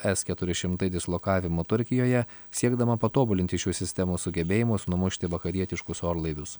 s keturi šimtai dislokavimu turkijoje siekdama patobulinti šių sistemų sugebėjimus numušti vakarietiškus orlaivius